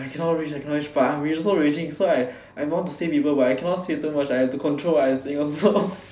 I cannot rage I cannot rage but I'm also raging so I I want to say people but I cannot say too much I have to control what I saying also